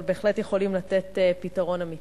אבל בהחלט יכולים לתת פתרון אמיתי.